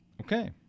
Okay